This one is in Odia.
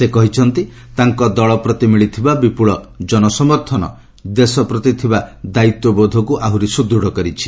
ସେ କହିଛନ୍ତି ତାଙ୍କ ଦଳ ପ୍ରତି ମିଳିଥିବା ବିପୁଳ ଜନସମର୍ଥନ ଦେଶ ପ୍ରତି ଥିବା ଦାୟିତ୍ୱବୋଧକୁ ଆହୁରି ସୁଦୃଢ଼ କରିଛି